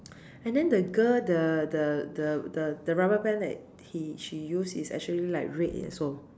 and then the girl the the the the the rubber band that he she used is actually like red also